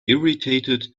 irritated